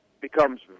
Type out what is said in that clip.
becomes